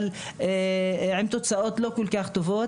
אבל זה עם תוצאות לא כל כך טובות.